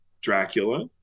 Dracula